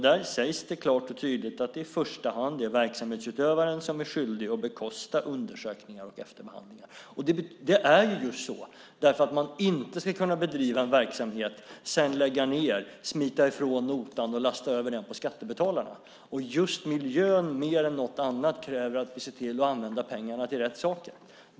Där sägs det klart och tydligt att det i första hand är verksamhetsutövaren som är skyldig att bekosta undersökningar och efterbehandling, och så är det just för att man inte ska kunna bedriva en verksamhet och sedan lägga ned, smita från notan och lasta över den på skattebetalarna. Miljön mer än något annat kräver att vi ser till att använda pengarna till rätt saker.